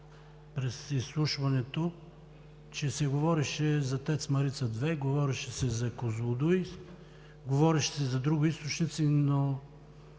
впечатление, че се говореше за ТЕЦ „Марица 2“, говореше се за Козлодуй, говореше за други източници, но